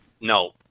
no